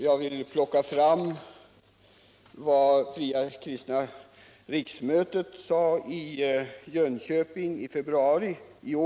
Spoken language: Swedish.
Jag vill plocka fram ett uttalande av Fria kristna riksmötet i Jönköping i februari i år.